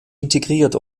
integriert